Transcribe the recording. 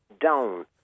down